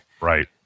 Right